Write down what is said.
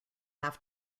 have